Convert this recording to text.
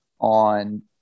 on